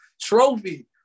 trophy